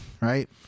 right